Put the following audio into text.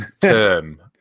term